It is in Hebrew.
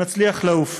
נצליח לעוף.